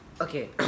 okay